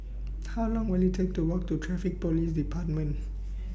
How Long Will IT Take to Walk to Traffic Police department